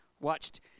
Watched